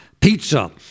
pizza